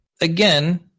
again